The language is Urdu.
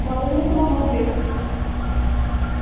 وعلیکم السلام اوکے